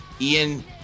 Ian